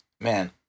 Man